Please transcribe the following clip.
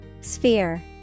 Sphere